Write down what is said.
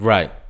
Right